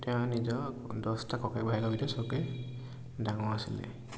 তেওঁ নিজৰ দহটা ককায়েক ভায়েকৰ ভিতৰত চবতকৈ ডাঙৰ আছিলে